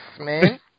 man